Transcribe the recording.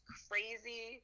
crazy